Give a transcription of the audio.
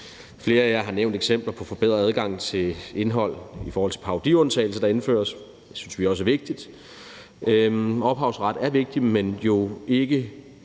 Flere af jer har nævnt eksempler på forbedret adgang til indhold i forhold til de parodiundtagelser, der indføres, og det er også noget, vi synes er vigtigt. Ophavsret er vigtigt, men jo ikke